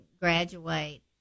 graduate